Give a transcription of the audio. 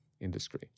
industry